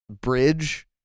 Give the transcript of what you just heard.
Bridge